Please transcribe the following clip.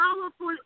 powerful